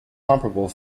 comparable